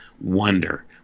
wonder